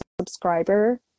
subscriber